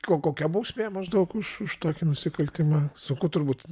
o kokia bausmė maždaug už už tokį nusikaltimą sunku turbūt